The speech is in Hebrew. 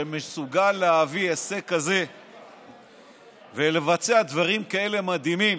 שמסוגל להביא הישג כזה ולבצע דברים כאלה מדהימים